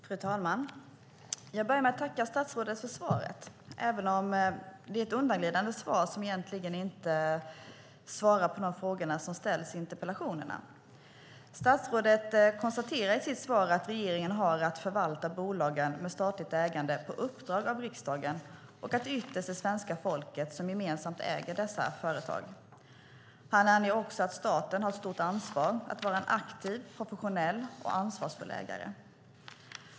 Fru talman! Jag börjar med att tacka statsrådet för svaret, även om det är ett undanglidande svar som egentligen inte ger svar på de frågor som ställs i interpellationerna. Statsrådet konstaterar i sitt svar att regeringen har att förvalta bolagen med statligt ägande på uppdrag av riksdagen och att det ytterst är svenska folket som gemensamt äger dessa företag. Han anger också att staten har ett stort ansvar att vara en aktiv, professionell och ansvarsfull ägare.